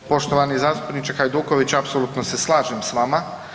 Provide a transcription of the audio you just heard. Poštovani zastupničke Hajduković apsolutno se slažem s vama.